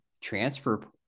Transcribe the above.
transfer